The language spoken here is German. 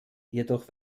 jedoch